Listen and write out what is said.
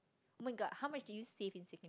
oh-my-god how much did you save in secon~